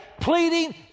pleading